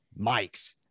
mics